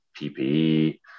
ppe